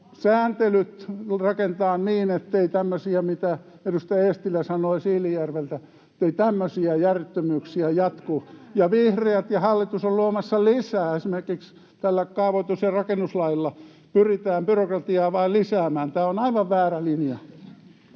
sääntelyt rakentaa niin, etteivät jatku tämmöiset järjettömyydet, mitä edustaja Eestilä sanoi Siilinjärveltä. Ja vihreät ja hallitus ovat luomassa lisää. Esimerkiksi tällä kaavoitus- ja rakennuslailla pyritään byrokratiaa vain lisäämään. Tämä on aivan väärä linja.